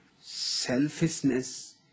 selfishness